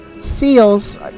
seals